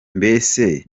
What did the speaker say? mbese